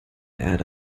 erde